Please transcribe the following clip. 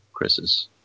Chris's